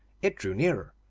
it drew nearer.